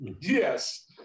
Yes